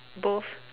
both